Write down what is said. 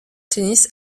tennis